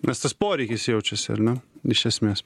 nes tas poreikis jaučiasi ar ne iš esmės